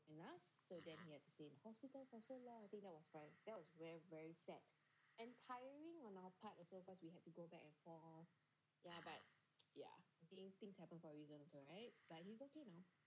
mmhmm mmhmm